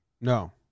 No